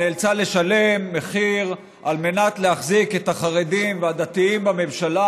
והיא נאלצה לשלם מחיר על מנת להחזיק את החרדים והדתיים בממשלה,